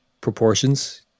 proportions